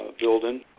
building